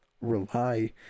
rely